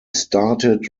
started